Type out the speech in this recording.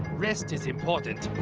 rest is important,